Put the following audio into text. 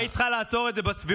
והיית צריכה לעצור את זה בסבירות,